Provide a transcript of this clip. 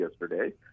yesterday